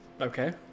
Okay